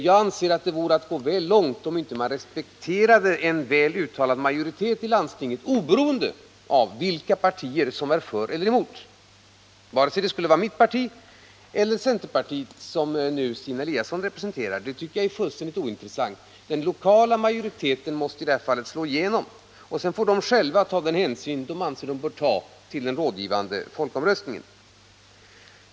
Jag anser att det vore att gå väl långt, om man inte respekterade en väl uttalad majoritet i landstinget, oberoende av vilka partier som är för eller emot, vare sig det skulle vara mitt parti eller centerpartiet som Stina Andersson representerar. Den lokala majoriteten måste i det här fallet slå igenom, och sedan får politikerna själva ta den hänsyn de anser att de bör ta till den rådgivande folkomröstningen.